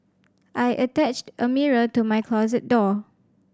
I attached a mirror to my closet door